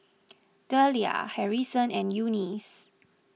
Dellia Harrison and Eunice